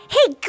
Hey